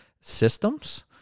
systems